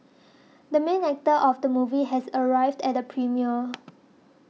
the main actor of the movie has arrived at the premiere